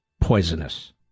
poisonous